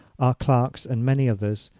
our clerks, and many others,